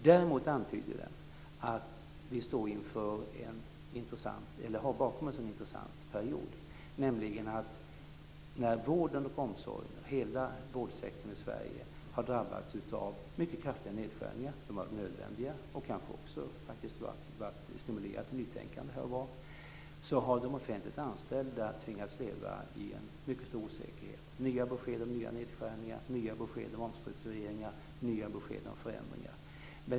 Däremot antyds att vi har bakom oss en intressant period, nämligen att när vården och omsorgen, hela vårdsektorn i Sverige, drabbats av mycket kraftiga nedskärningar - de har varit nödvändiga och kanske har de också faktiskt här och var stimulerat till nytänkande - har de offentligt anställda tvingats leva i en mycket stor osäkerhet med nya besked om nya nedskärningar, nya besked om omstruktureringar och nya besked om förändringar.